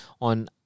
on